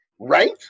right